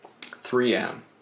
3M